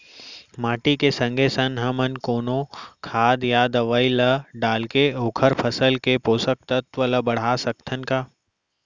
माटी के संगे संग हमन कोनो खाद या दवई ल डालके ओखर फसल के पोषकतत्त्व ल बढ़ा सकथन का?